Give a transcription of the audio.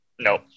No